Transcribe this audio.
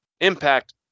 Impact